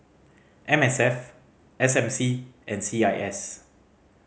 M S F S M C and C I S